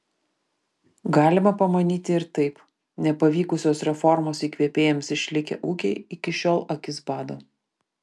galima pamanyti ir taip nepavykusios reformos įkvėpėjams išlikę ūkiai iki šiol akis bado